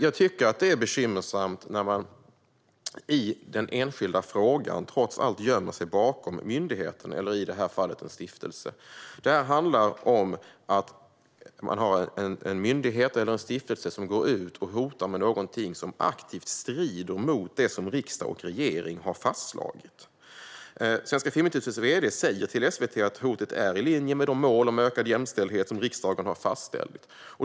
Jag tycker att det är bekymmersamt när man i den enskilda frågan gömmer sig bakom myndigheten eller, som i det här fallet, en stiftelse. Detta handlar om att man har en myndighet eller stiftelse som går ut och hotar med något som aktivt strider mot det som riksdag och regering har fastslagit. Svenska Filminstitutets vd säger till SVT att hotet är i linje med de mål om ökad jämställdhet som riksdagen har fastställt.